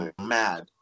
mad